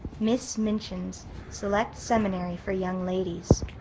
miss minchin's select seminary for young ladies